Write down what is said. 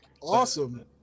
awesome